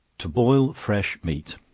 to boil fresh meat.